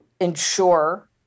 ensure